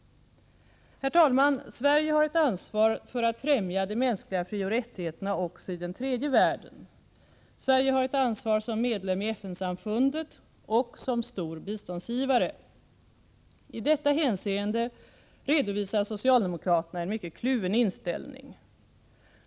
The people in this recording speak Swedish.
Herr talman! Sverige har ett ansvar för att främja de mänskliga frioch rättigheterna också i den tredje världen. Sverige har ett ansvar som medlem i FN-samfundet och som stor biståndsgivare. I detta hänseende redovisar socialdemokraterna en mycket kluven inställning.